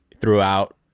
throughout